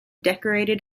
decorated